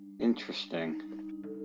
Interesting